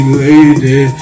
lady